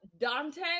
Dante